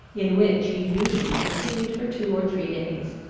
in which he usually continued for two or three days.